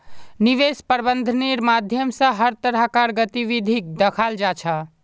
निवेश प्रबन्धनेर माध्यम स हर तरह कार गतिविधिक दखाल जा छ